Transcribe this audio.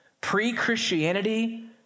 Pre-Christianity